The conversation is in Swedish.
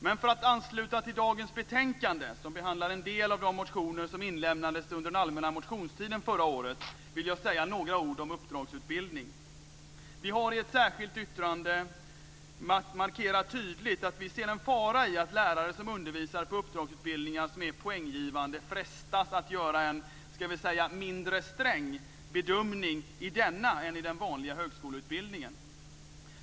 Men för att ansluta till dagens betänkande som behandlar en del av de motioner som väcktes under den allmänna motionstiden förra året vill jag säga några ord om uppdragsutbildning. Vi har i ett särskilt yttrande tydligt markerat att vi ser en fara i att lärare som undervisar på uppdragsutbildningar som är poänggivande frestas att göra en, ska vi säga, mindre sträng bedömning i denna än i den vanliga högskoleutbildningen.